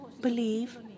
believe